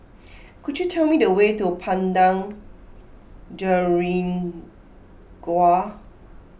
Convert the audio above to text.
could you tell me the way to Padang Jeringau